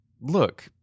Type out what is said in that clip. Look